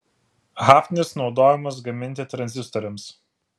hafnis naudojamas gaminti tranzistoriams